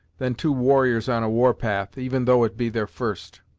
than two warriors on a warpath, even though it be their first.